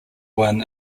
win